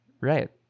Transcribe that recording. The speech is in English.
right